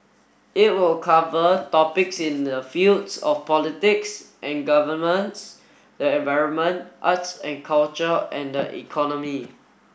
it will cover topics in the fields of politics and governance the environment arts and culture and the economy